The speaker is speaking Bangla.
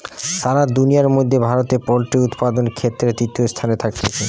সারা দুনিয়ার মধ্যে ভারতে পোল্ট্রি উপাদানের ক্ষেত্রে তৃতীয় স্থানে থাকতিছে